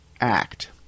act